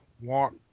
walk